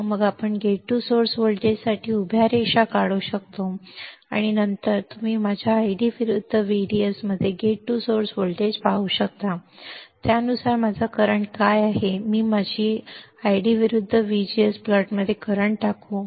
आणि मग आपण गेट सोर्स व्होल्टेजसाठी उभ्या रेषा काढू शकतो आणि नंतर तुम्ही माझ्या आयडी विरुद्ध व्हीडीएस मध्ये गेट ते सोर्स व्होल्टेज पाहू शकता त्यानुसार माझा करंट काय आहे मी माझ्या आयजी विरुद्ध व्हीजीएस प्लॉटमध्ये करंट टाकू